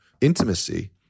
intimacy